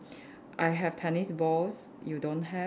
I have tennis balls you don't have